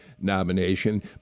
nomination